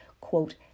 quote